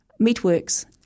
meatworks